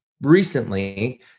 recently